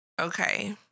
Okay